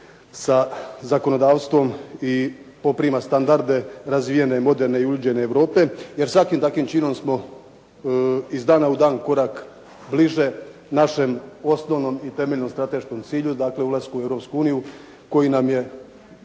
sa zakonodavstvom i poprima standarde razvijene, moderne i …/Govornik se ne razumije./… jer svakim takvim činom smo iz dana u dan korak bliže našem osnovnom i temeljnom strateškom cilju, dakle, ulasku u Europsku uniju